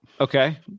Okay